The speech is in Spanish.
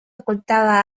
ocultaba